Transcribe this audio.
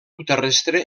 terrestre